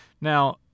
Now